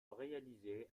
réalisés